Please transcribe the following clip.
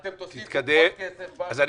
אדוני, כמו שהבטחתי לך, כל פעם שמפריעים לי